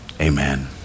Amen